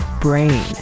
brain